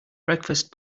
breakfast